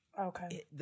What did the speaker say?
Okay